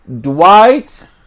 Dwight